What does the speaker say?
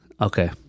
Okay